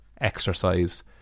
exercise